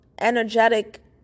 Energetic